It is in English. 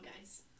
guys